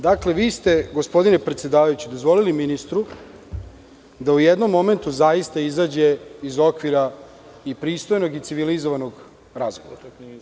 Dakle, vi ste gospodine predsedavajući dozvolili ministru da u jednom momentu zaista izađe iz okvira i pristojnog i civilizovanog razgovora.